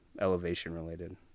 elevation-related